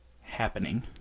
happening